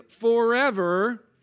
forever